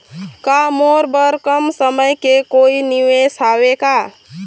का मोर बर कम समय के कोई निवेश हावे का?